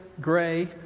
gray